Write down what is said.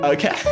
Okay